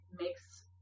makes